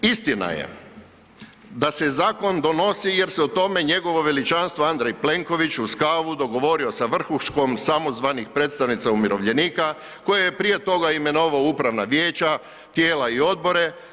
Istina je da se zakon donosi jer se o tome njegovo veličanstvo Andrej Plenković uz kavu dogovorio sa vrhuškom samozvanih predstavnica umirovljenika koja je prije toga imenovao upravna vijeća, tijela i odbore.